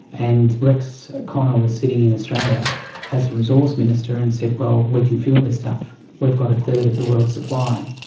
and rex connor was sitting in australia as the resource minister and said, well, we can fuel this stuff, we've got a third of the world's supply.